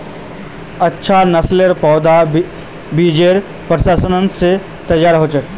अच्छा नासलेर पौधा बिजेर प्रशंस्करण से तैयार होचे